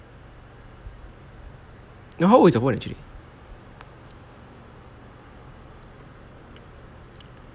no how old is your phone actually